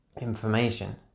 information